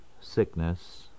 sickness